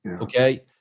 okay